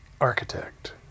architect